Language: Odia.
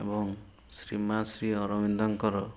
ଏବଂ ଶ୍ରୀମା ଶ୍ରୀ ଅରବିନ୍ଦଙ୍କର